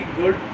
good